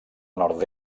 nord